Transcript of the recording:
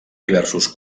diversos